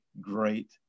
great